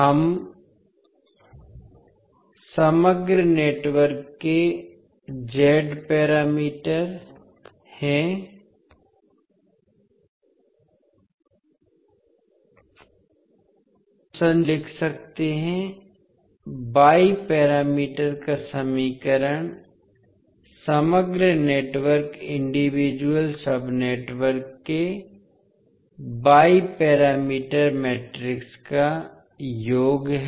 हम समग्र नेटवर्क के z पैरामीटर हैं or तो संक्षेप में हम लिख सकते हैं y पैरामीटर का समीकरण समग्र नेटवर्क इंडिविजुअल सब नेटवर्क के y पैरामीटर मैट्रिक्स का योग है